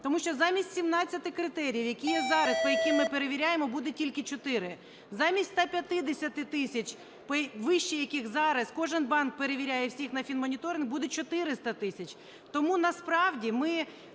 Тому що замість 17 критеріїв, які є зараз, по яким ми перевіряємо, буде тільки 4. Замість 150 тисяч, вище яких зараз кожен банк перевіряє всіх на фінмоніторинг, буде 400 тисяч. Тому насправді ми